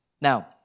Now